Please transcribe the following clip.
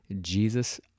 Jesus